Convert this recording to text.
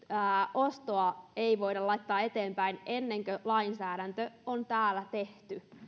ostoa ei voida laittaa eteenpäin ennen kuin lainsäädäntö on täällä tehty